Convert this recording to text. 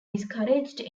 discouraged